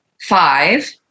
five